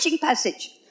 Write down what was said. passage